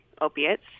opiates